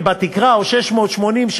דבר שני,